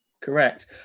Correct